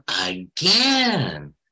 again